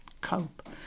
cope